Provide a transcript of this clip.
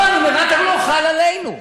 לא, הנומרטור לא חל עלינו.